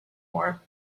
more